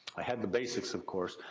i had the basics, of course,